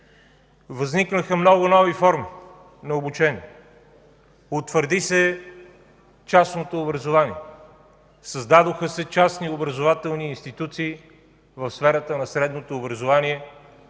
възникнаха много нови форми на обучение – утвърди се частното образование, създадоха се частни образователни институции в сферата на средното образование